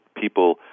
people